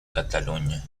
cataluña